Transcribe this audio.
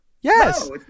Yes